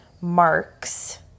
marks